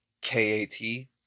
K-A-T